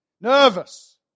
nervous